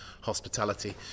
hospitality